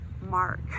mark